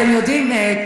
אתם יודעים,